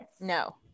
No